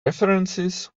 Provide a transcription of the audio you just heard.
references